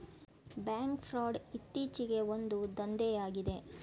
bank fraud ಇತ್ತೀಚೆಗೆ ಒಂದು ದಂಧೆಯಾಗಿದೆ